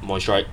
moisture